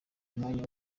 umwanya